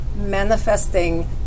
manifesting